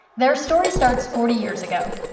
their story starts forty years ago,